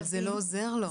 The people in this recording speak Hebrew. אבל זה לא עוזר לו.